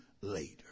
later